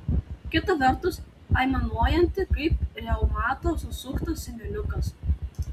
kita vertus aimanuojanti kaip reumato susuktas seneliukas